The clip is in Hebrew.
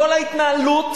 כל ההתנהלות